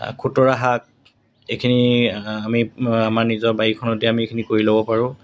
খুতৰা শাক এইখিনি আমি আমাৰ নিজৰ বাৰীখনতে আমি এইখিনি কৰি ল'ব পাৰোঁ